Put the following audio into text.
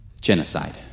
genocide